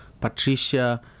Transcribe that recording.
Patricia